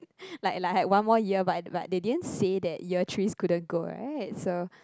like like I had one more year but but they didn't say that year threes couldn't go [right] so